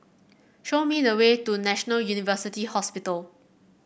show me the way to National University Hospital